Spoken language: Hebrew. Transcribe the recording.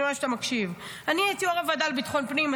אני רואה שאתה מקשיב: אני הייתי יו"ר הוועדה לביטחון פנים,